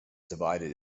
divided